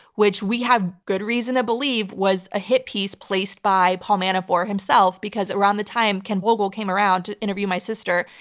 which we have good reason to believe was a hit piece placed by paul manafort himself, because around the time ken vogel came around to interview my sister,